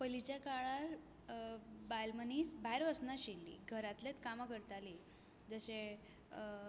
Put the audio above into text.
पयलींच्या काळार बायल मनीस भायर वचनाशिल्ली घरांतलेंत कामां करताली जशें